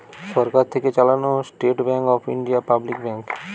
সরকার থেকে চালানো state bank of India public bank